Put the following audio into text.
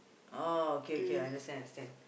oh okay okay I understand understand